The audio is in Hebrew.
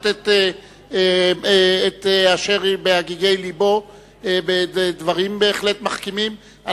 את אשר בהגיגי לבו בדברים בהחלט מחכימים,